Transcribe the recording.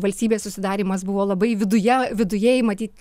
valstybės susidarymas buvo labai viduje vidujai matyt